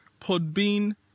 Podbean